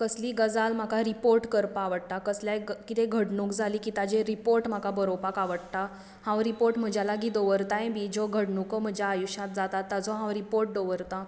कसलीय गजाल म्हाका रिपाॅर्ट करपाक आवडटा कसल्याय कितें घडणूक जाली की ताचेर रिपाॅर्ट म्हाका बरोवपाक आवडटा हांव रिपाॅर्ट म्हज्या लागीं दवरतांय बी ज्यो घडणूको म्हज्या आयुश्यांत जाता ताचो हांव रिपाॅर्ट दवरतां